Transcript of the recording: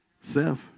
self